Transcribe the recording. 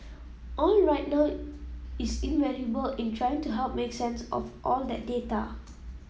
all right now is invaluable in trying to help make sense of all that data